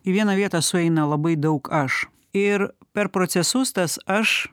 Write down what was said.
į vieną vietą sueina labai daug aš ir per procesus tas aš